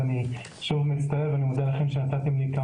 ואני מודה לכם שנתתם לי כמה דקות.